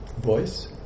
voice